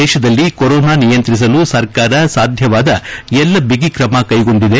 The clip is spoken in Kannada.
ದೇಶದಲ್ಲಿ ಕೊರೊನಾ ನಿಯಂತ್ರಿಸಲು ಸರ್ಕಾರ ಸಾಧ್ಯವಾದ ಎಲ್ಲಾ ಬಿಗಿ ಕ್ರಮ ಕೈಗೊಂಡಿದೆ